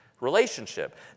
Relationship